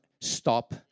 stop